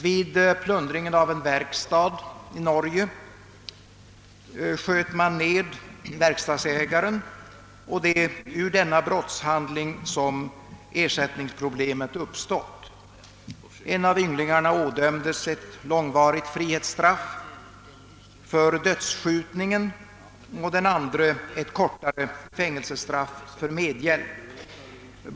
Vid plundring av en verkstad i Norge sköt de ned verkstadsägaren, och det är ur denna brottshandling som ersättningsroblemet uppstått. En av ynglingarna ådömdes ett långvarigt frihetsstraff för dödsskjutningen och den andre ett kortare fängelsestraff för medhjälp.